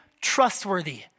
trustworthy